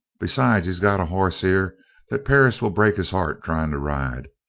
besides, he's got a hoss here that perris will break his heart trying to ride.